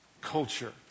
culture